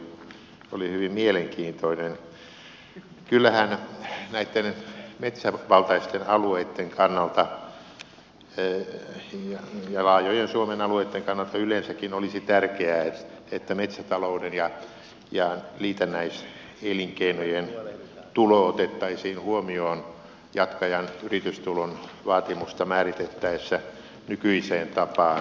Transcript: kyllähän näitten metsävaltaisten alueitten kannalta ja laajojen suomen alueitten kannalta yleensäkin olisi tärkeää että metsätalouden ja liitännäiselinkeinojen tulo otettaisiin huomioon jatkajan yritystulon vaatimusta määritettäessä nykyiseen tapaan